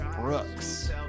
Brooks